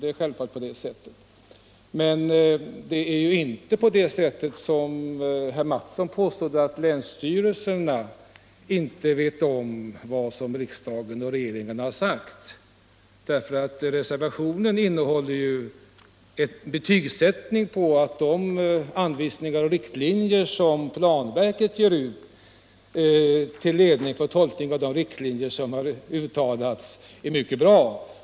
Det är dock inte på det sättet, som herr Mattsson i Skee påstod, att länsstyrelserna inte känner till vad riksdagen och regeringen har uttalat. Reservationen innehåller ju det betyget att de anvisningar, som planverket ger ut till ledning för tolkningen av de riktlinjer som angivits, är mycket bra.